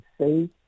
say